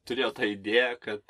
turėjo tą idėją kad